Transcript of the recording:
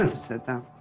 and sit down.